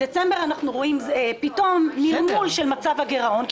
בדצמבר אנחנו רואים פתאום נרמול של מצב הגירעון,